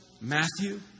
Matthew